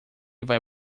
vai